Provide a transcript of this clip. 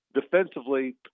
defensively